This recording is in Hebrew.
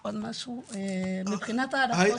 על מי נופלת העלות,